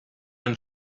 and